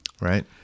Right